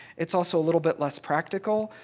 it's also a little bit less practical.